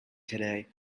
today